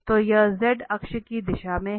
तो यह z अक्ष की दिशा में है